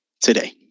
today